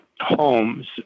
homes